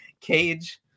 cage